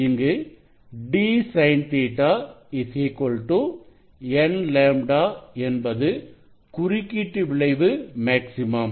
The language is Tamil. இங்கு d sin Ɵ n λ என்பது குறுக்கீட்டு விளைவு மேக்ஸிமம்